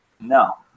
No